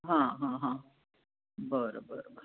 हां हां हां बरं बरं बरं